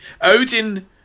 Odin